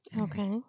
Okay